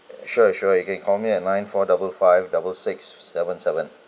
sure sure you can call me at nine four double five double six seven seven